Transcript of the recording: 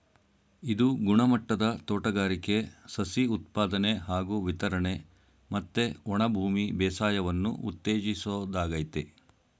ಇದು ಗುಣಮಟ್ಟದ ತೋಟಗಾರಿಕೆ ಸಸಿ ಉತ್ಪಾದನೆ ಹಾಗೂ ವಿತರಣೆ ಮತ್ತೆ ಒಣಭೂಮಿ ಬೇಸಾಯವನ್ನು ಉತ್ತೇಜಿಸೋದಾಗಯ್ತೆ